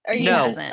No